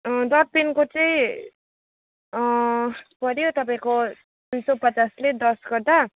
डटपेनको चाहिँ पऱ्यो तपाईँको दुई सौ पचासले दस गर्दा